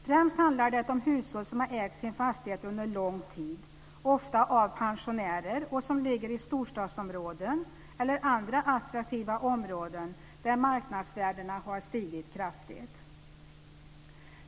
Främst handlar det om hushåll som har ägt sin fastighet under lång tid - ofta pensionärer - och som ligger i storstadsområden eller andra attraktiva områden där marknadsvärdena stigit kraftigt.